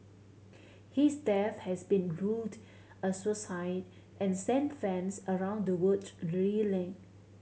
his death has been ruled a suicide and sent fans around the world reeling